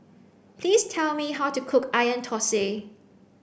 please tell me how to cook onion Thosai